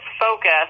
focus